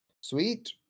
Sweet